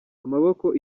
amaboko